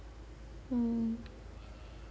mm